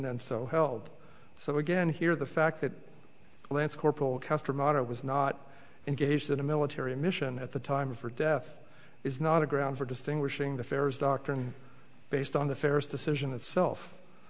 and so held so again here the fact that lance corporal custer moto was not engaged in a military mission at the time of her death is not a ground for distinguishing the fair's doctrine based on the fairest decision itself